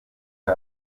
bwa